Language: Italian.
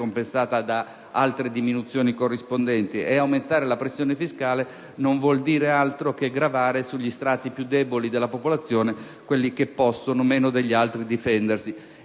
compensata da altre diminuzioni corrispondenti. E aumentare la pressione fiscale non vuol dire altro che gravare sugli strati più deboli della popolazione, quelli che possono difendersi